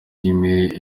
imwe